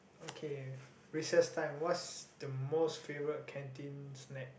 okay recess time what's the most favorite canteen snack